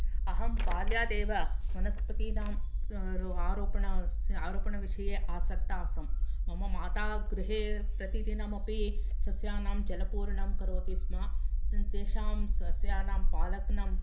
अहं बाल्यादेव वनस्पतीनाम् आरोपण आरोपणविषये आसक्ता आसं मम माता गृहे प्रतिदिनमपि सस्यानाम् जलपूर्णं करोति स्म तेषां सस्यानां पालनं